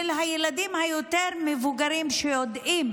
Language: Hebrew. של הילדים היותר-מבוגרים, שיודעים